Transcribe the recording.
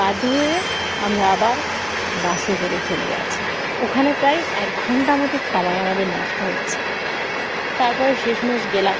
বাধ্য হয়ে আমরা আবার বাসে করে চলে গিয়েছি ওখানে প্রায় এক ঘণ্টা মতো সময় আমাদের নষ্ট হয়েছে তার পরে শেষমেশ গেলাম